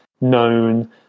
known